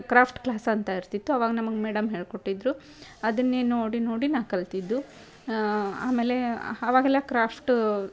craft class ಅಂತ ಇರ್ತಿತ್ತು ಅವಾಗ ನಮಗೆ ಮೇಡಮ್ ಹೇಳಿಕೊಟ್ಟಿದ್ರು ಅದನ್ನೇ ನೋಡಿ ನೋಡಿ ನಾನು ಕಲಿತಿದ್ದು ಆಮೇಲೆ ಅವಾಗೆಲ್ಲ ಕ್ರಾಫ್ಟು